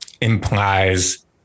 implies